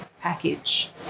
package